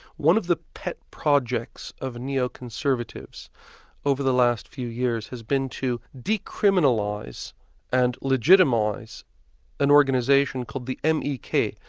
one of the pet projects of neoconservatives over the last few years has been to decriminalise and legitimise an organisation called the m. e. k.